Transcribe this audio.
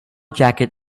jacket